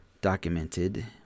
Documented